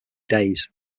days